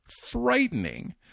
frightening